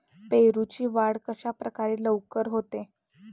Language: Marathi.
पेरूची वाढ कशाप्रकारे लवकर होते?